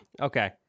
Okay